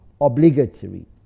obligatory